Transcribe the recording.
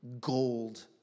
gold